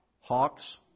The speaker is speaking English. Hawks